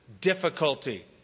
difficulty